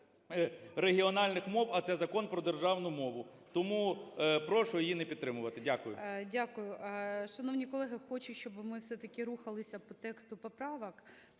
регіональних мов, а це - Закон про державну мову. Тому прошу її не підтримувати. Дякую.